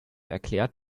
erklärt